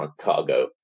cargo